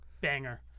banger